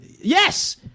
Yes